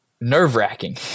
nerve-wracking